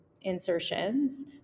insertions